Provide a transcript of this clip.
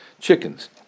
chickens